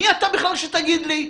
מי אתה שתגיד לי?